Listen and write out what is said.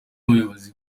ubuyobozi